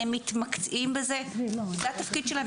הם מתמקצעים בזה, זה התפקיד שלהם.